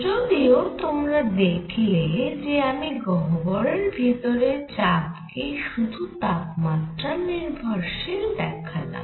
যদিও তোমরা দেখলে যে আমি গহ্বরের ভিতরে চাপ কে শুধু তাপমাত্রার নির্ভরশীল দেখালাম